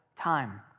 time